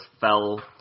fell